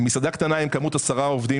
מסעדה קטנה עם 10 עובדים,